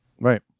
Right